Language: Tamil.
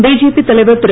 பிஜேபி தலைவர் திரு